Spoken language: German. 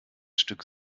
stück